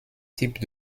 types